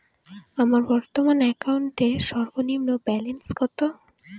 আমার বর্তমান অ্যাকাউন্টের সর্বনিম্ন ব্যালেন্স কত?